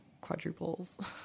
quadruples